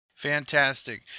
Fantastic